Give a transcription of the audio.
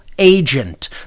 Agent